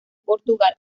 portugal